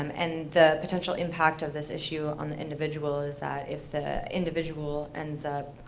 um and the potential impact of this issue on the individual is that if the individual ends up